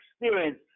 experience